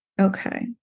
Okay